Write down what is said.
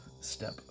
step